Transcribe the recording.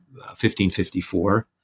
1554